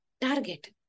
target